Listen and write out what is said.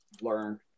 learn